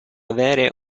avere